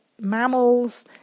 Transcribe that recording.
mammals